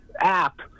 app